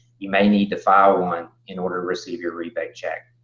you may need to file one in order receive your rebate check.